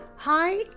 hi